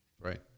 right